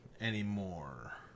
anymore